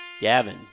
Gavin